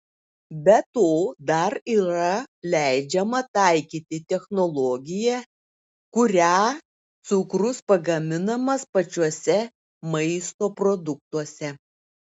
be to dar yra leidžiama taikyti technologiją kuria cukrus pagaminamas pačiuose maisto produktuose